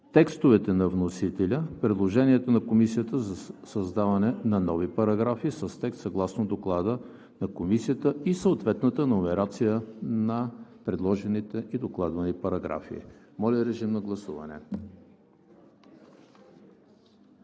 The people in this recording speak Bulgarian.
текстовете на вносителя; предложенията на Комисията за създаване на нови параграфи с текст съгласно Доклада на Комисията; и съответната номерация на предложените и докладвани параграфи. Гласували